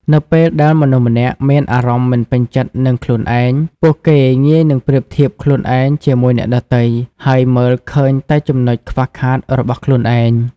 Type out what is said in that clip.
នៅពេលដែលមនុស្សម្នាក់មានអារម្មណ៍មិនពេញចិត្តនឹងខ្លួនឯង ពួកគេងាយនឹងប្រៀបធៀបខ្លួនឯងជាមួយអ្នកដទៃ ហើយមើលឃើញតែចំណុចខ្វះខាតរបស់ខ្លួនឯង។